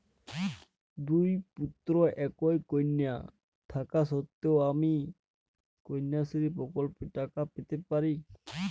দুই পুত্র এক কন্যা থাকা সত্ত্বেও কি আমি কন্যাশ্রী প্রকল্পে টাকা পেতে পারি?